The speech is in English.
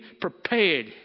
prepared